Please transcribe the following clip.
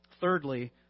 Thirdly